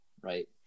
right